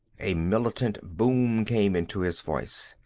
a militant boom came into his voice.